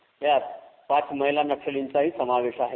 यात पाच महिला नक्षल्यांचाही समावेश आहे